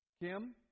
Kim